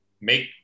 make